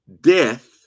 Death